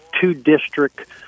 two-district